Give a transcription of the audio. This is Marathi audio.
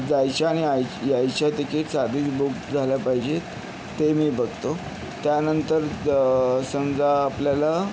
जायच्या आणि आय यायच्या तिकीट्स आधीच बुक झाल्या पाहिजेत ते मी बघतो त्यानंतर समजा आपल्याला